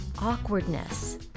awkwardness